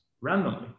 randomly